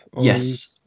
Yes